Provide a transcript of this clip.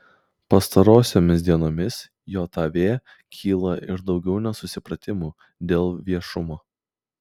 pastarosiomis dienomis jav kyla ir daugiau nesusipratimų dėl viešumo